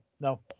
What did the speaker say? no